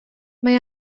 mae